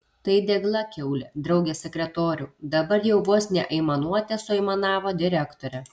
tai degla kiaulė drauge sekretoriau dabar jau vos ne aimanuote suaimanavo direktorė